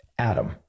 Adam